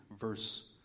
verse